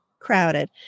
Crowded